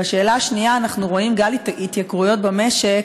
השאלה השנייה: אנחנו רואים גל התייקרויות במשק,